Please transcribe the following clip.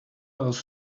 else